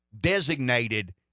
designated